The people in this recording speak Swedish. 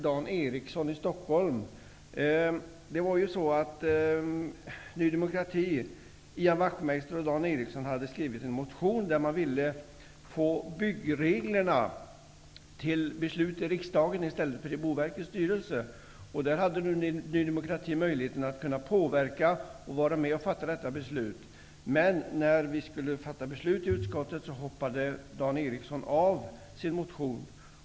Dan Eriksson har ju skrivit en motion, där de säger att de vill att beslut om byggreglerna skall fattas i riksdagen i stället för i Boverkets styrelse. Ny demokrati hade möjlighet att påverka och vara med om att fatta detta beslut. Men när vi skulle fatta beslut i utskottet hoppade Dan Eriksson av och frångick sin motion.